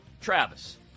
Travis